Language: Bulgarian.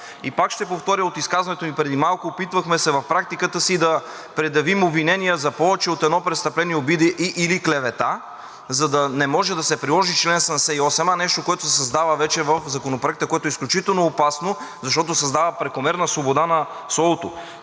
И пак ще повторя изказването си преди малко: опитвахме се в практиката си да предявим обвинения за повече от едно престъпление, обида и/или клевета, за да не може да се приложи чл. 78а – нещо, което се създава вече в Законопроекта, което е изключително опасно, защото създава прекомерна свобода на